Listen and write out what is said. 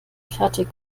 fertig